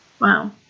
Wow